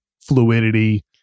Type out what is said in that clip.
fluidity